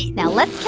now, let's